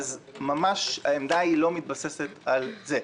העמדה ממש לא מתבססת על זה.